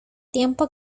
tiempo